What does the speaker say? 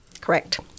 Correct